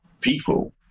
people